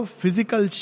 physical